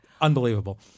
unbelievable